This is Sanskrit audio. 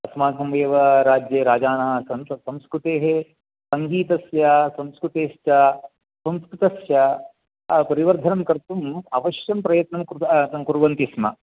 अस्माकम् एव राज्ये राजानः आसन् तत् संस्कृतेः सङ्गीतस्य संस्कृतेश्च संस्कृतस्य परिवर्धनं कर्तुम् अवश्यं प्रयत्नं कुर्व कुर्वन्ति स्म